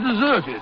deserted